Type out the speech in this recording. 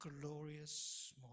glorious